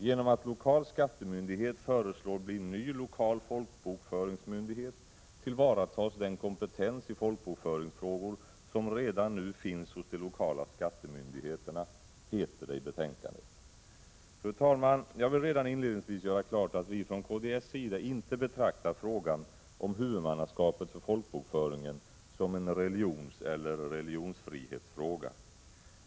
Genom att lokal skattemyndighet föreslås bli ny lokal folkbokföringsmyndighet tillvaratas den kompetens i folkbokföringsfrågor som redan nu finns hos de lokala skattemyndigheterna, heter det i betänkandet. Fru talman! Jag vill redan inledningsvis göra klart att vi från kds sida inte betraktar frågan om huvudmannaskapet för folkbokföringen som en religionseller religionsfrihetsfråga.